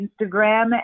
Instagram